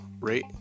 rate